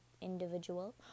individual